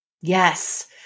Yes